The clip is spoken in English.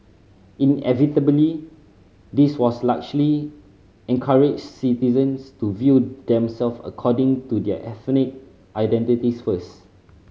inevitably this was largely encouraged citizens to view themselves according to their ethnic identities first